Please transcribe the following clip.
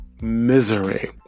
misery